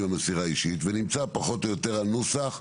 המסירה האישית - נמצא פחות או יותר הנוסח.